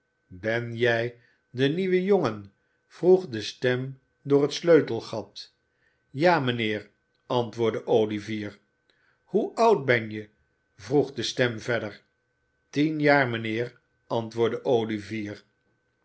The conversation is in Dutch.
ben jij de nieuwe jongen vroeg de stem door het sleutelgat ja mijnheer antwoordde olivier hoe oud ben je vroeg de stem verder tien jaar mijnheer antwoordde olivier